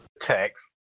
text